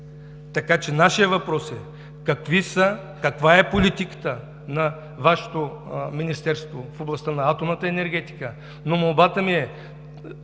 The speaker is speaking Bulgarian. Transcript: няма. Нашият въпрос е: каква е политиката на Вашето министерство в областта на атомната енергетика?